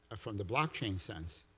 from the blockchain sense,